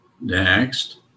Next